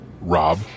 Rob